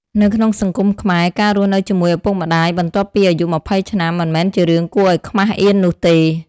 នៅក្នុងសង្គមខ្មែរ ការរស់នៅជាមួយឪពុកម្តាយ បន្ទាប់ពីអាយុ ២០ ឆ្នាំ មិនមែនជារឿងគួរឲ្យខ្មាស់អៀននោះទេ។